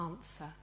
answer